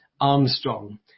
Armstrong